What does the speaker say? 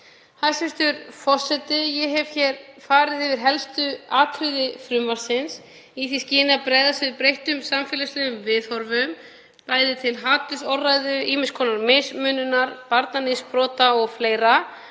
Hæstv. forseti. Ég hef farið yfir helstu atriði frumvarpsins í því skyni að bregðast við breyttum samfélagslegum viðhorfum, bæði til hatursorðræðu, ýmiss konar mismununar, barnaníðsbrota o.fl.